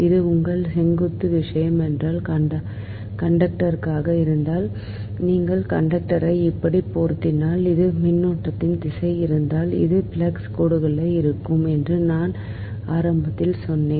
இது உங்கள் செங்குத்து விஷயம் என்றால் கண்டக்டராக இருந்தால் நீங்கள் கண்டக்டரை இப்படி போர்த்தினால் இது மின்னோட்டத்தின் திசையாக இருந்தால் இது ஃப்ளக்ஸ் கோடுகளாக இருக்கும் என்று நான் ஆரம்பத்தில் சொன்னேன்